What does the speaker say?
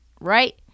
right